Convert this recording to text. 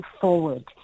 forward